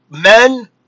men